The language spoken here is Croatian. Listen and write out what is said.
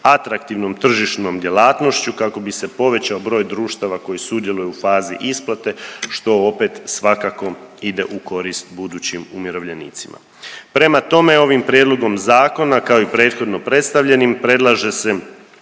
atraktivnom tržišnom djelatnošću kako bi se povećao broj društava koji sudjeluje u fazi isplate što opet svakako ide u korist budućim umirovljenicima. Prema tome, ovim prijedlogom zakona kao i prethodno predstavljenim predlaže se